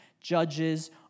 judges